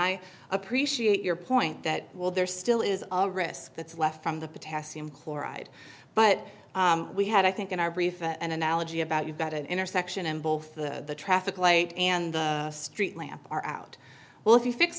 i appreciate your point that will there still is a risk that's left from the potassium chloride but we had i think in our brief an analogy about you've got an intersection and both the traffic light and the street lamp are out well if you fix